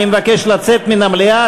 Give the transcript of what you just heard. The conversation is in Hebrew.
אני מבקש לצאת מן המליאה,